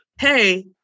Hey